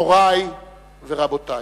מורי ורבותי.